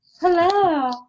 Hello